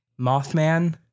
Mothman